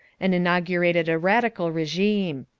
and inaugurated a radical regime.